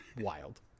Wild